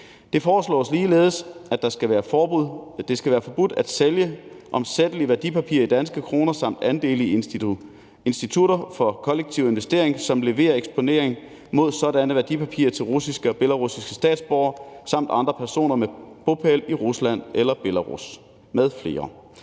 Det foreslås ligeledes, at det skal være forbudt at sælge omsættelige værdipapirer i danske kroner samt andele i institutter for kollektiv investering, som leverer eksponering mod sådanne værdipapirer, til russiske og belarusiske statsborgere samt andre personer med bopæl i Rusland eller Belarus m.fl.